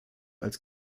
als